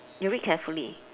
you read carefully